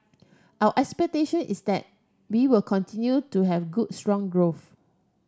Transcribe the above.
our expectation is that we will continue to have good strong growth